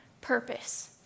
purpose